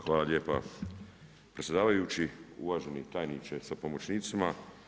Hvala lijepa predsjedavajući, uvaženi tajniče sa pomoćnicima.